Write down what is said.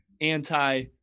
anti